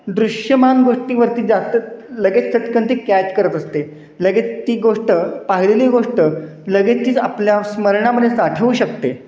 दृश्यमान गोष्टीवरती जास्त लगेच चटकन ती कॅच करत असते लगेच ती गोष्ट पाहिलेली गोष्ट लगेच तीच आपल्या स्मरणामध्ये साठवू शकते